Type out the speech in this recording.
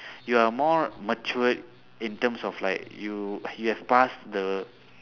you are more matured in terms of like you you have passed the